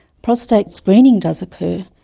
prostate screening does occur,